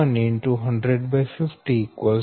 10 0